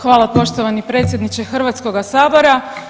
Hvala poštovani predsjedniče Hrvatskoga sabora.